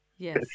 Yes